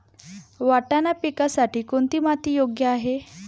वाटाणा पिकासाठी कोणती माती योग्य आहे?